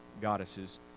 goddesses